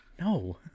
No